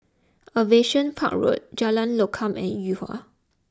Aviation Park Road Jalan Lokam and Yuhua